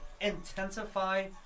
intensify